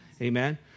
Amen